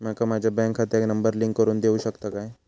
माका माझ्या बँक खात्याक नंबर लिंक करून देऊ शकता काय?